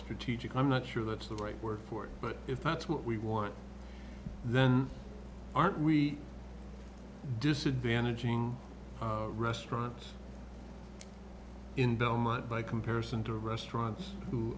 strategic i'm not sure that's the right word for it but if that's what we want then aren't we disadvantaged restaurant in belmont by comparison to restaurants who